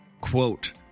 quote